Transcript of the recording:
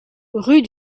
rue